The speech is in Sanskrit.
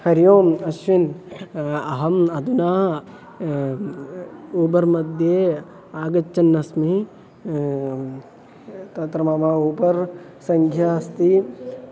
हरि ओम् अश्विन् अहम् अधुना उबर् मध्ये आगच्छन्नस्मि तत्र मम उबर् सङ्ख्या अस्ति